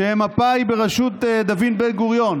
כשמפא"י בראשות דוד בן-גוריון